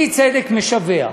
אי-צדק משווע.